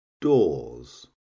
doors